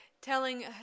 telling